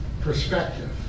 perspective